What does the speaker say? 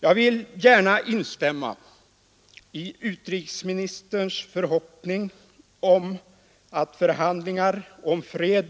Jag vill gärna instämma i utrikesministerns förhoppning om att förhandlingar om fred